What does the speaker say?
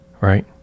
right